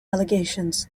allegations